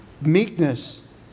Meekness